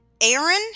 Aaron